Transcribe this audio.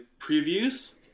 previews